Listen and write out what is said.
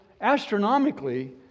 astronomically